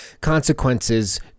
consequences